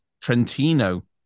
Trentino